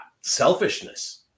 selfishness